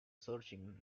searching